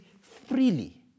freely